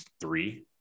three